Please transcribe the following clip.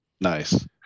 Nice